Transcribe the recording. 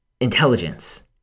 intelligence